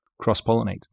cross-pollinate